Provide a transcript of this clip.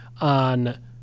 on